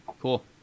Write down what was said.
Cool